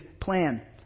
plan